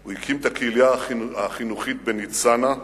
הוא הקים את הקהילה החינוכית בניצנה,